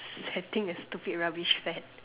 setting a stupid rubbish fad